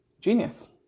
genius